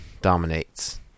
dominates